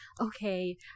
okay